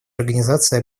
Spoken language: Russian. организации